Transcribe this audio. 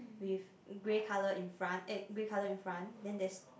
with grey color in front eh grey color in front then there is